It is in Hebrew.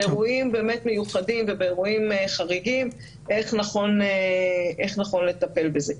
באירועים באמת מיוחדים ובאירועים חריגים איך נכון לטפל בזה.